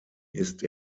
ist